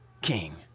king